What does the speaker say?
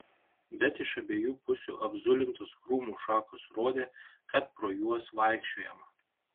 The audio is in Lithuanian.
bet iš abiejų pusių apzulintos krūmų šakos rodė kad pro juos vaikščiojama